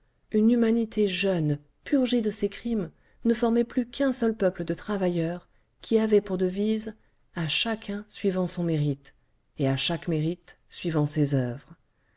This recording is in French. une humanité jeune purgée de ses crimes ne formait plus qu'un seul peuple de travailleurs qui avait pour devise à chacun suivant son mérite et à chaque mérite suivant ses oeuvres